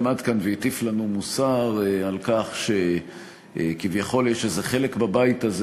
עמד כאן והטיף לנו מוסר על כך שכביכול יש איזה חלק בבית הזה